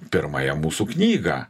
pirmąją mūsų knygą